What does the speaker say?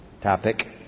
topic